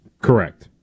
Correct